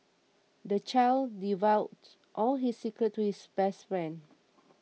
the child divulged all his secrets to his best friend